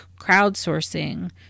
crowdsourcing